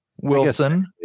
Wilson